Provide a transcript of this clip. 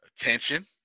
Attention